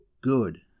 good